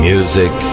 Music